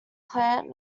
plant